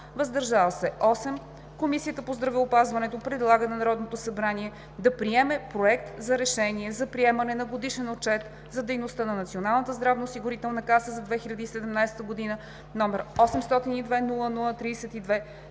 „въздържал се“ – 8, Комисията по здравеопазването предлага на Народното събрание да приеме Проект за решение за приемане на Годишен отчет за дейността на Националната здравноосигурителна каса за 2017 г., № 802-00-32,